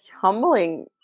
humbling